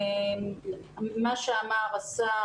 מה שאמר השר,